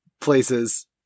places